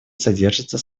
содержится